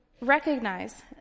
recognize